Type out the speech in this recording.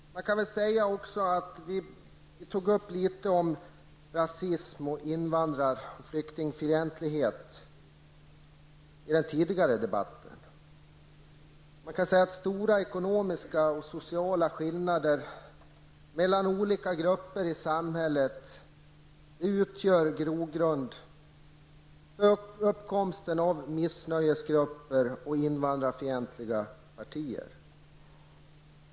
Vi tog upp litet om rasism och invandrar och flyktingfientlighet i den tidigare debatten. Stora ekonomiska och sociala skillnader mellan olika grupper i samhället utgör grogrund för uppkomsten av missnöjesgrupper och invandrarfientliga partier.